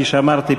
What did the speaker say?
כפי שאמרתי,